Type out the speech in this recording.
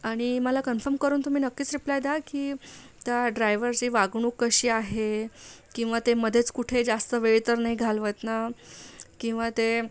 आणि मला कन्फर्म करून तुम्ही नक्कीच रिप्लाय द्या की त्या ड्रायव्हरची वागणूक कशी आहे किंवा ते मध्येच कुठे जास्त वेळ तर नाही घालवत ना किंवा ते